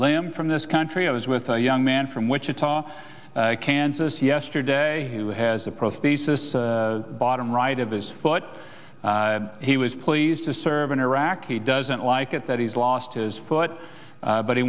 limb from this country i was with a young man from wichita kansas yesterday who has a prosthesis bottom right of his foot he was pleased to serve in iraq he doesn't like it that he's lost his foot but he